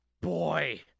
boy